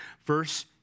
Verse